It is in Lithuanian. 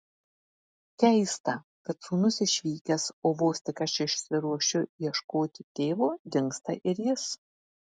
keista kad sūnus išvykęs o vos tik aš išsiruošiu ieškoti tėvo dingsta ir jis